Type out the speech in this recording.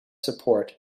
support